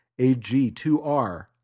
AG2R